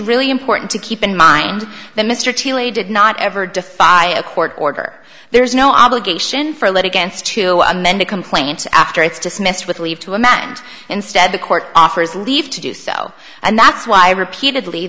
really important to keep in mind that mr t l a did not ever defy of court order there's no obligation for let against two amended complaint after it's dismissed with leave to imagined instead the court offers leave to do so and that's why repeatedly